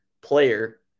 player